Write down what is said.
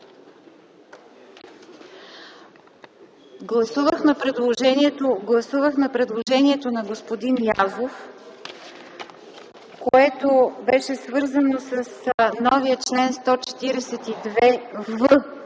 Гласувахме предложението на господин Язов, което беше свързано с новия чл. 142в